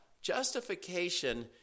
justification